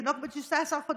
תינוק בן 16 חודשים,